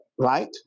right